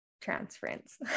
Transference